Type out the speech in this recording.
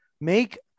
make